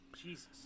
Jesus